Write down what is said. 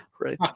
right